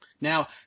Now